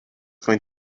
going